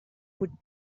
would